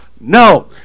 No